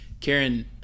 Karen